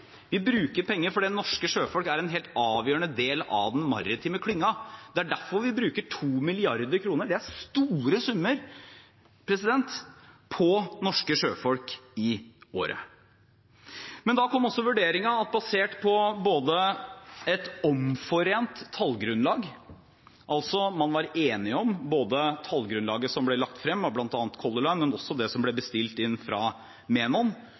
Vi bruker penger fordi norske sjøfolk er en helt avgjørende del av den maritime klyngen. Det er derfor vi bruker 2 mrd. kr i året på norske sjøfolk. Det er store summer. Da kom også vurderingen at basert på et omforent tallgrunnlag – man var altså enig om både tallgrunnlaget som ble lagt frem av bl.a. Color Line, og det som ble bestilt fra Menon,